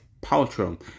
Paltrow